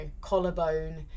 collarbone